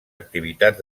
activitats